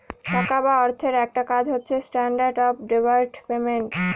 টাকা বা অর্থের একটা কাজ হচ্ছে স্ট্যান্ডার্ড অফ ডেফার্ড পেমেন্ট